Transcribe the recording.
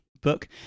book